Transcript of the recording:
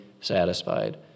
satisfied